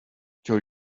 joy